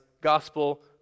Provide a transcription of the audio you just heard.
gospel